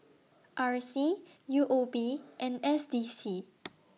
R C U O B and S D C